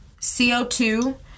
CO2